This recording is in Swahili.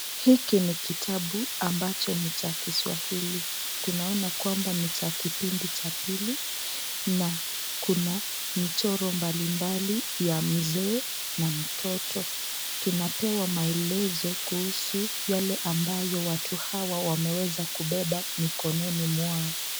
Hiki ni kitabu ambacho ni cha kiswahili, tunaona kwamba ni cha kipindi cha pili na kuna michoro mbalimbali ya mzee na mtoto. Tunapewa maelezo kuhusu yale ambayo watu hawa wameweza kubeba mikononi mwao.